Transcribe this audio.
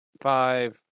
five